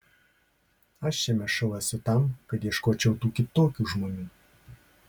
aš šiame šou esu tam kad ieškočiau tų kitokių žmonių